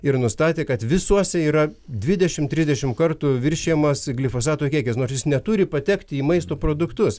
ir nustatė kad visuose yra dvidešimt trisdešimt kartų viršijamas glifosato kiekis nors jis neturi patekti į maisto produktus